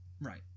Right